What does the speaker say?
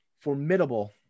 formidable